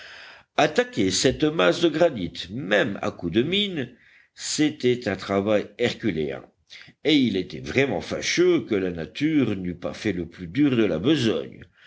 attaquer cette masse de granit même à coups de mine c'était un travail herculéen et il était vraiment fâcheux que la nature n'eût pas fait le plus dur de la besogne